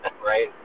right